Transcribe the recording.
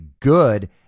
good